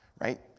right